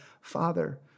Father